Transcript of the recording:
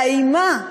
והאימה,